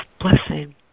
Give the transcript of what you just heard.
blessing